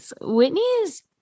Whitney's